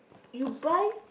you buy